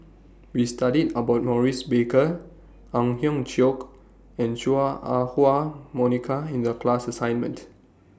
We studied about Maurice Baker Ang Hiong Chiok and Chua Ah Huwa Monica in The class assignment